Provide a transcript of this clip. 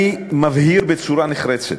אני מבהיר בצורה נחרצת,